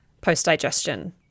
post-digestion